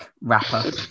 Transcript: rapper